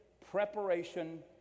Preparation